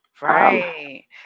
right